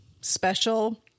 special